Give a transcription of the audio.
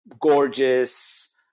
gorgeous